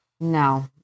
No